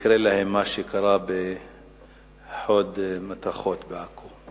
יקרה להם מה שקרה ב"חוד מתכות" בעכו.